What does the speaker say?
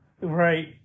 Right